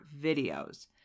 videos